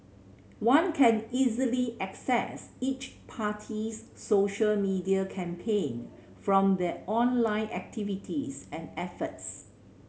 one can easily assess each party's social media campaign from their online activities and efforts